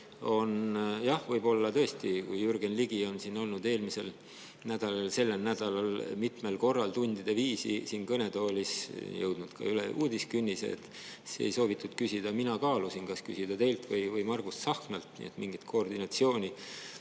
on jah, võib-olla tõesti, kui Jürgen Ligi on siin olnud eelmisel nädalal, sellel nädalal mitmel korral tundide viisi siin kõnetoolis, jõudnud ka üle uudiskünnise, et siis ei soovitud küsida. Mina kaalusin, kas küsida teilt või Margus Tsahknalt, nii et mingit koordinatsiooni